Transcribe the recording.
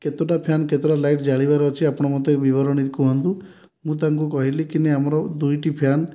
କେତୋଟା fan କେତୋଟା light ଜାଳିବାର ଅଛି ଆପଣ ମତେ ବିବରଣୀ କୁହନ୍ତୁ ମୁଁ ତାଙ୍କୁ କହିଲି କିନି ଆମର ଦୁଇଟି ଫ୍ୟାନ